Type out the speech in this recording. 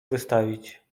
wystawić